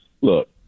look